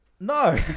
No